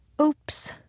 Oops